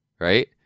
right